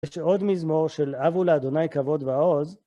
יש עוד מזמור של הבו לאדוני כבוד ועוז.